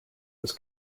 was